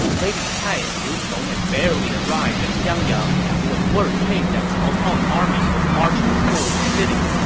lady cai and liu cong had barely arrived at xiangyang when word came that cao cao's army was marching toward the city.